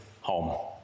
home